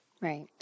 Right